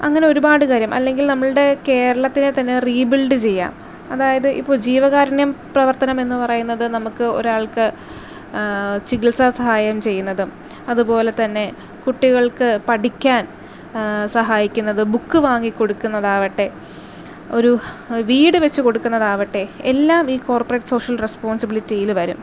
അങ്ങനെ ഒരുപാട് കാര്യം അല്ലെങ്കിൽ നമ്മളുടെ കേരളത്തിനെ തന്നെ റീബിൽഡ് ചെയ്യാം അതായത് ഇപ്പോൾ ജീവകാരുണ്യ പ്രവർത്തനം എന്ന് പറയുന്നത് നമുക്ക് ഒരാൾക്ക് ചികിത്സാ സഹായം ചെയ്യുന്നതും അതുപോലെതന്നെ കുട്ടികൾക്ക് പഠിക്കാൻ സഹായിക്കുന്നത് ബുക്ക് വാങ്ങിക്കൊടുക്കുന്നതാവട്ടെ ഒരു വീട് വെച്ച് കൊടുക്കുന്നതാവട്ടെ എല്ലാം ഈ കോർപ്പറേറ്റ് സോഷ്യൽ റെസ്പോൺസിബിലിറ്റിയിൽ വരും